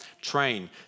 Train